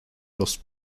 los